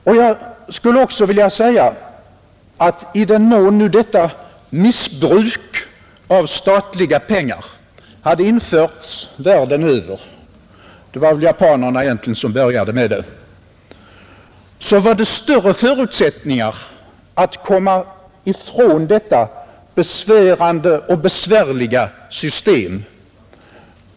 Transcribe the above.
I den mån nu detta ”missbruk” av statliga pengar — det var väl egentligen japanerna som började med det — hade genomgående införts världen över i alla länder med varvsindustri — alltså också i vårt — skulle förutsättningarna ha varit större att komma ifrån detta besvärande och besvärliga system.